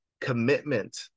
commitment